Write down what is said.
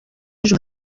ejo